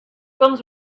guns